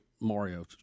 Mario